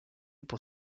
pour